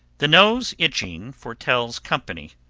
the nose itching foretells company.